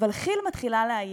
אבל כי"ל מתחילה לאיים.